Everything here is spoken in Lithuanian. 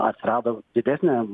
atsirado didesnė